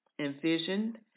envisioned